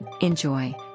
Enjoy